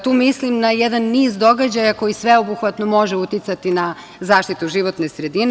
Tu mislim na jedan niz događaja koji sveobuhvatno može uticati na zaštitu životne sredine.